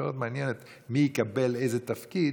שהתקשורת מתעניינת במי יקבל איזה תפקיד